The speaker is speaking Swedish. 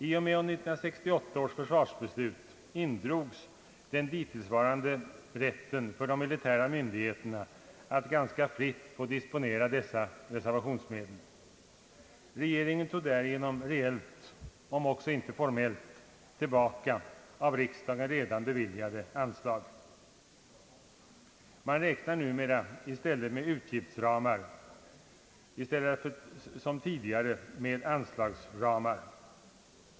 I och med 1968 års försvarsbeslut indrogs den dittillsvarande rätten för de militära myndigheterna att ganska fritt få disponera desse reservationsmedel. Regeringen tog därigenom reellt, om också inte formellt, tillbaka av riksdagen redan beviljade anslag. Man räknar numera bara med utgiftsramar i stället för som tidigare med anslagsramar.